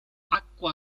acqua